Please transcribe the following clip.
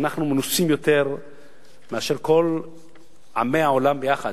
ואנחנו מנוסים יותר מכל עמי העולם יחד,